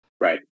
Right